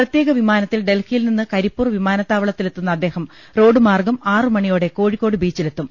പ്രത്യേക വിമാനത്തിൽ ഡൽഹിയിൽ നിന്ന് കരിപ്പൂർ വിമാനത്താവളത്തി ലെത്തുന്ന അദ്ദേഹം റോഡ് മാർഗ്ഗം ആറുമണിയോടെ കോഴിക്കോട് ബീച്ചിലെത്തും